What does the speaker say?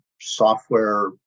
software